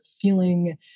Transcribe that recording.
feeling